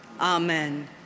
Amen